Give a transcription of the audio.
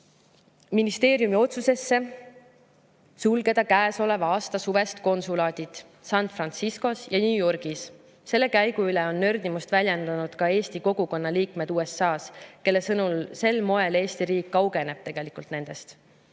ministeeriumi otsusesse sulgeda käesoleva aasta suvest konsulaadid San Franciscos ja New Yorgis. Selle käigu üle on nördimust väljendanud ka eesti kogukonna liikmed USA-s. Nende sõnul Eesti riik sel moel tegelikult kaugeneb